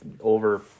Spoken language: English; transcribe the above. over